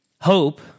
Hope